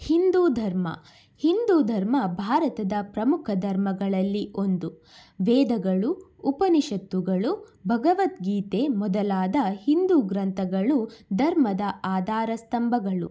ಹಿಂದೂ ಧರ್ಮ ಹಿಂದೂ ಧರ್ಮ ಭಾರತದ ಪ್ರಮುಖ ಧರ್ಮಗಳಲ್ಲಿ ಒಂದು ವೇದಗಳು ಉಪನಿಷತ್ತುಗಳು ಭಗವದ್ಗೀತೆ ಮೊದಲಾದ ಹಿಂದೂ ಗ್ರಂಥಗಳು ಧರ್ಮದ ಆಧಾರ ಸ್ತಂಭಗಳು